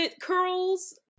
curls